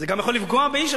זה גם יכול לפגוע בעסק.